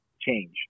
change